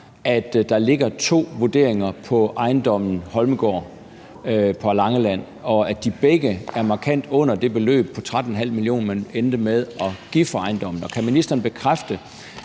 at der ligger to vurderinger på ejendommen Holmegaard på Langeland, og at de begge er markant under det beløb på 13,5 mio. kr., som man endte med at give for ejendommen. Og kan ministeren bekræfte,